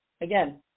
again